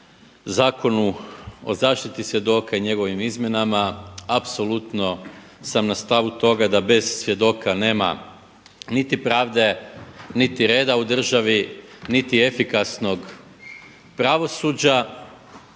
Zakonu o zaštititi svjedoka i njegovim izmjenama apsolutno sam na stavu toga da bez svjedoka nema niti pravde, niti reda u državni, niti efikasnog pravosuđa